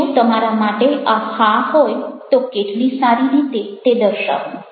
જો તમારા માટે આ હા હોય તો કેટલી સારી રીતે તે દર્શાવો